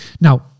Now